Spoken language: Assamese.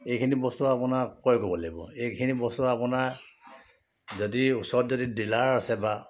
এইখিনি বস্তু আপোনাৰ ক্ৰয় কৰিব লাগিব এইখিনি বস্তু আপোনাৰ যদি ওচৰত যদি ডিলাৰ আছে বা